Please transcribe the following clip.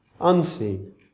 unseen